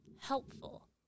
Helpful